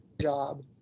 job